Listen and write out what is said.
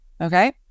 Okay